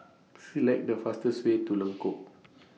Select The fastest Way to Lengkok